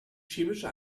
chemische